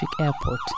Airport